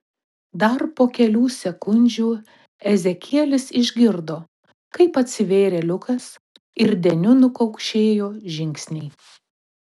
dar po kelių sekundžių ezekielis išgirdo kaip atsivėrė liukas ir deniu nukaukšėjo žingsniai